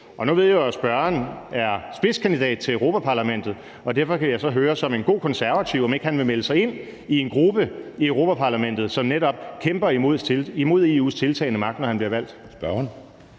Nu ved jeg jo, at spørgeren er spidskandidat til Europa-Parlamentet, og derfor vil jeg så høre, om han ikke som en god konservativ vil melde sig ind i en gruppe i Europa-Parlamentet, som netop kæmper imod EU's tiltagende magt, når han bliver valgt.